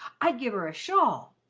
i'd give her a shawl.